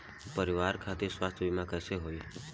परिवार खातिर स्वास्थ्य बीमा कैसे होई?